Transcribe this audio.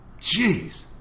Jeez